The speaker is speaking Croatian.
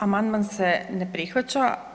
Amandman se ne prihvaća.